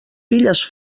filles